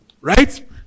right